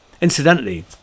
Incidentally